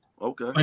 Okay